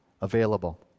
available